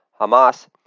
Hamas